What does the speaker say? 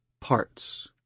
parts